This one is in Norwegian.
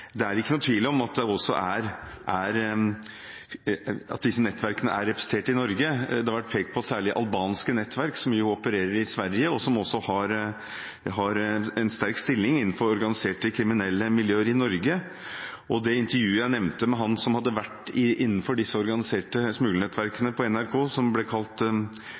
det er ikke noen tvil om at disse nettverkene er representert i Norge. Det har særlig vært pekt på albanske nettverk, som opererer i Sverige, og som også har en sterk stilling innenfor organiserte kriminelle miljøer i Norge. I det NRK-intervjuet jeg nevnte, med ham som hadde vært innenfor disse organiserte smuglernettverkene, og ble kalt Salim, fortalte han direkte om at det er store, organiserte kriminelle nettverk som